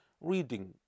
reading